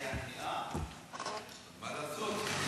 מה לעשות.